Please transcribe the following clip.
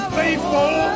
faithful